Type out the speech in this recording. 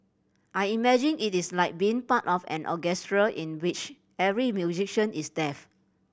I imagine it is like being part of an orchestra in which every musician is deaf